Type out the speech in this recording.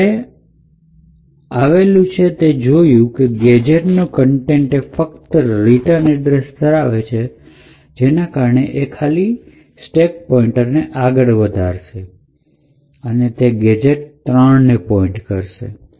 તો હવે આપણે આવેલું છે જે જોયું ગેજેટ નો કન્ટેન્ટ એ ફક્ત રીટન એડ્રેસ ધરાવે છે કે જેના કારણે એ ફક્ત સ્ટેક પોઇન્ટ ને આગળ વધારે છે અને તે જે ગેજેટ ત્રણને પોઇન્ટ કરશે